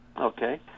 Okay